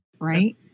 right